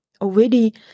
already